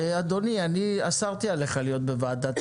משם, וב-2 ביוני 2022, כך היא כותבת לי ב-23 במאי,